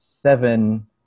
seven